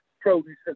produce